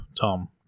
Tom